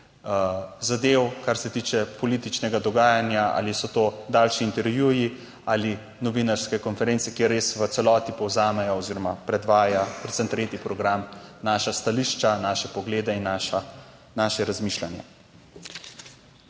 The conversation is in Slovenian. zadev, kar se tiče političnega dogajanja, ali so to daljši intervjuji ali novinarske konference, kjer res v celoti povzamejo oziroma predvaja predvsem tretji program naša stališča, naše poglede in naša, naše razmišljanje.